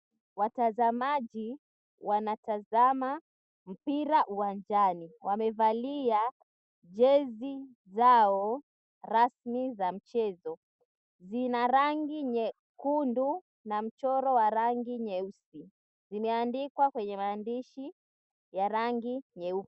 Watazamaji wanatazama mpira uwanjani. Wamevalia jezi zao rasmi za mchezo. Zina rangi nyekundu na mchoro wa rangi nyeusi. Zimeandikwa kwenye maandishi ya rangi nyeupe.